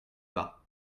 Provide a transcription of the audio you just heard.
bas